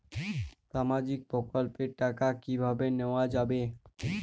সামাজিক প্রকল্পের টাকা কিভাবে নেওয়া যাবে?